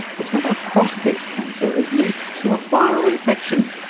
it's whether prostate cancer is linked to a viral infection,